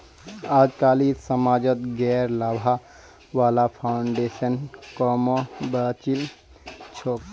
अजकालित समाजत गैर लाभा वाला फाउन्डेशन क म बचिल छोक